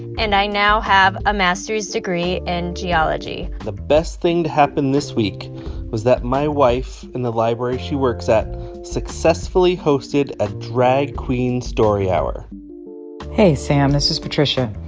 and i now have a master's degree in and geology the best thing to happen this week was that my wife and the library she works at successfully hosted a drag queen story hour hey, sam. this is patricia.